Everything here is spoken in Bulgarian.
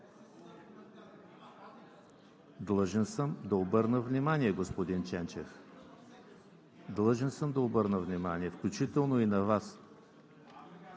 Длъжен съм да обърна внимание, господин Ченчев. Длъжен съм да обърна внимание включително и на Вас.